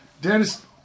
Dennis